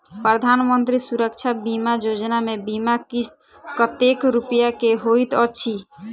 प्रधानमंत्री सुरक्षा बीमा योजना मे बीमा किस्त कतेक रूपया केँ होइत अछि?